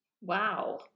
Wow